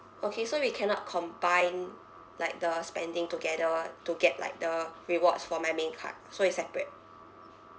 okay so we cannot combine like the spending together to get like the rewards for my main card so it's separate